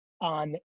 on